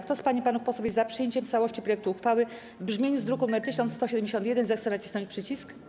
Kto z pań i panów posłów jest za przyjęciem w całości projektu uchwały w brzmieniu z druku nr 1171, zechce nacisnąć przycisk.